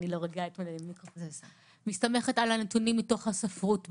על הנתונים מתוך הספרות בעולם,